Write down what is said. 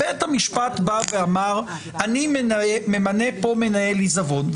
בית המשפט בא ואמר: אני ממנה מנהל עיזבון,